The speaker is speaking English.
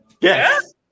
Yes